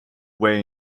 way